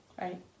right